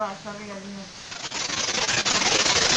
ופועלך למען הזכויות של